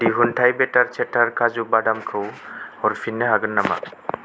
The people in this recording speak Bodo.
दिहुनथाइ बेटार चेटार काजु बादामखौ हरफिन्नो हागोन नामा